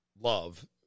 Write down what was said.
love